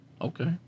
Okay